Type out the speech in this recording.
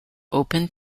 open